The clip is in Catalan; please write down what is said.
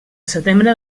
setembre